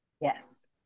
Yes